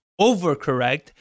overcorrect